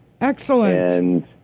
Excellent